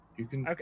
Okay